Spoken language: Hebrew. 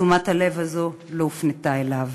תשומת הלב הזו לא הופנתה אליו.